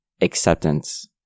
acceptance